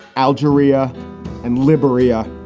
algeria and liberia.